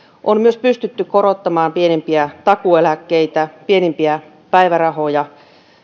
on myös pystytty korottamaan pienimpiä takuueläkkeitä ja pienimpiä päivärahoja